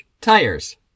tires